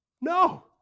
No